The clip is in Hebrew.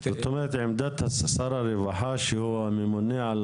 זאת אומרת עמדת השר לרווחה שהוא הממונה על